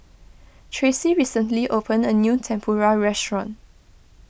Tracey recently opened a new Tempura restaurant